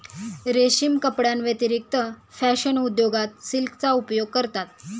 रेशीम कपड्यांव्यतिरिक्त फॅशन उद्योगात सिल्कचा उपयोग करतात